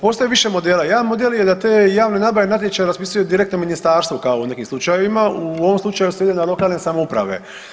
Postoji više modela, jedan model je da te javne nabave i natječaje raspisuje direktno ministarstvo kao u nekim slučajevima, u ovom slučaju svede na lokalne samouprave.